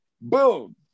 boom